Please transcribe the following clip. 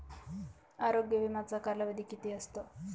आरोग्य विम्याचा कालावधी किती असतो?